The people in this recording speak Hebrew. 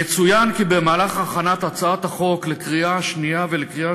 יצוין כי במהלך הכנת הצעת החוק לקריאה שנייה ולקריאה